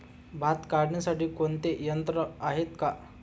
भात कापणीसाठी कोणते यंत्र आहेत का?